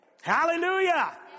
Hallelujah